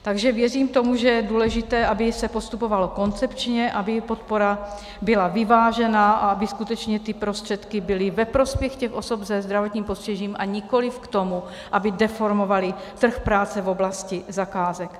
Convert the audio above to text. Takže věřím tomu, že je důležité, aby se postupovalo koncepčně, aby podpora byla vyvážená a aby skutečně ty prostředky byly ve prospěch osob se zdravotním postižením, a nikoliv k tomu, aby deformovaly trh práce v oblasti zakázek.